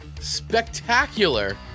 spectacular